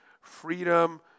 freedom